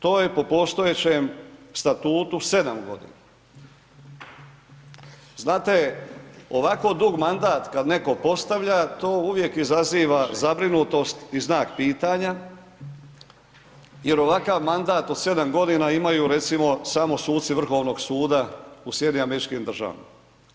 To je po postojećem statutu 7 g. Znate, ovako dug mandat, kada netko postavlja, to uvijek izaziva zabrinutost i znak pitanja, jer ovakav mandat, od 7 g. imaju recimo, samo suci Vrhovnog suda u SAD-u.